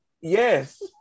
Yes